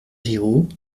giraud